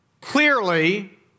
Clearly